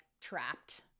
trapped